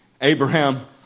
Abraham